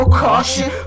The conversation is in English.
caution